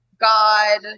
God